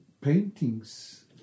paintings